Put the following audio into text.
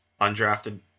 undrafted